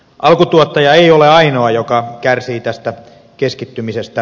alkutuottaja ei ole ainoa joka kärsii tästä keskittymisestä